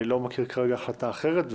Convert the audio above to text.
אני לא מכיר כרגע החלטה אחרת,